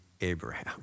Abraham